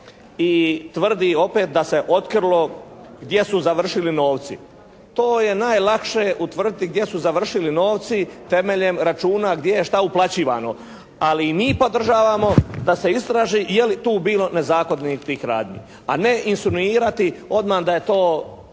i tvrdi opet da se otkrilo gdje su završili novci. To je najlakše utvrditi gdje su završili novci temeljem računa gdje je šta uplaćivano, ali mi podržavamo da se istraži je li tu bilo nezakonitih radnji, a ne insinuirati odmah da je to